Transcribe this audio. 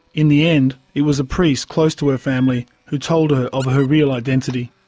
in the end, it was a priest close to her family who told her of her real identity.